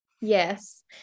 Yes